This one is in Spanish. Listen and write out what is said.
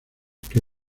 que